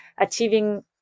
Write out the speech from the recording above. achieving